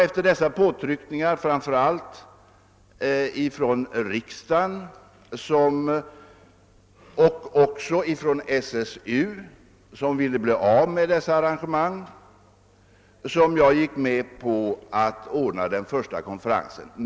Efter påtryckningar från framför allt riksdagen och SSU, som ville bli av med dessa arrangemang, gick jag med på att ordna den första värnpliktsriksdagen.